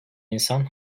insan